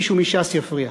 מישהו מש"ס יפריע.